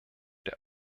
der